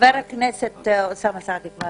חבר הכנסת אוסאמה סעדי.